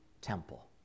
temple